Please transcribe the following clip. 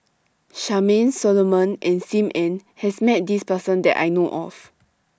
Charmaine Solomon and SIM Ann has Met This Person that I know of